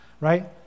Right